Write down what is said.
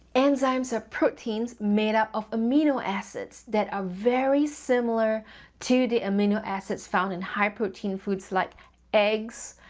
enzymes are proteins made up of amino acids that are very similar to the amino acids found in high protein foods like eggs,